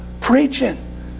preaching